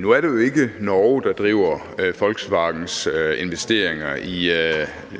Nu er det jo ikke Norge, der driver Volkswagens investeringer i